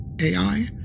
AI